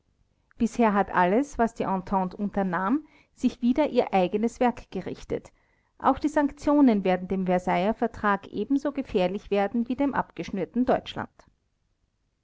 bisher hat alles was die entente unternahm sich wider ihr eigenes werk gerichtet auch die sanktionen werden dem versailler vertrag ebenso gefährlich werden wie dem abgeschnürten deutschland